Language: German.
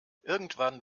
irgendwann